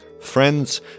Friends